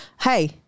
hey